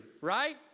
right